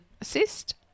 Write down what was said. assist